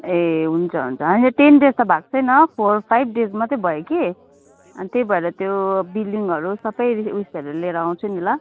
ए हुन्छ हुन्छ होइन टेन डेज त भएको छैन फोर फाइभ डेज मात्रै भयो कि अनि त्यही भएर त्यो बिलिङहरू सबै उयसहरू लिएर आउँछु नि ल